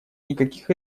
никаких